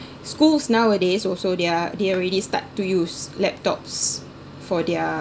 schools nowadays also there are they already start to use laptops for their